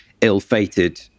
ill-fated